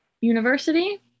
University